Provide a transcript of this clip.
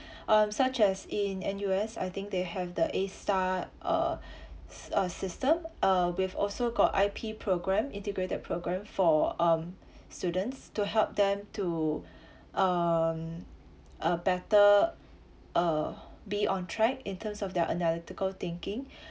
um such as in N_U_S I think they have the A star uh s~ uh system uh we've also got I_P programme integrated programme for um students to help them to um uh better uh be on track in terms of their analytical thinking